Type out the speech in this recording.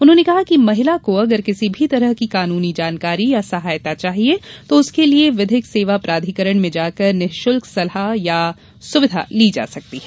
उन्होनें कहा कि महिला को अगर किसी भी तरह की कानूनी जानकारी या सहायता चाहिये तो उसके लिये विधिक सेवा प्राधिकरण में जाकर निशुल्क सलाह या सुविधा ली जासकती है